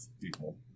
people